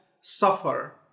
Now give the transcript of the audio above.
suffer